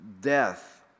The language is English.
death